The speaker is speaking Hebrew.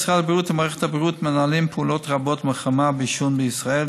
משרד הבריאות ומערכת הבריאות מנהלים פעולות רבות למלחמה בעישון בישראל.